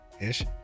Ish